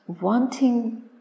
wanting